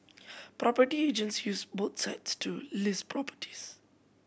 property agents use both sites to list properties